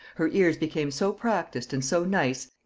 her ears became so practised and so nice,